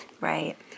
Right